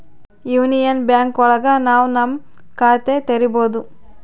union Bank ಒಳಗ ನಾವ್ ನಮ್ ಖಾತೆ ತೆರಿಬೋದು